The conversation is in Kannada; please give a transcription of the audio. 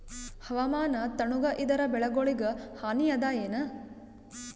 ಹವಾಮಾನ ತಣುಗ ಇದರ ಬೆಳೆಗೊಳಿಗ ಹಾನಿ ಅದಾಯೇನ?